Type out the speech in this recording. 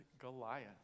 Goliath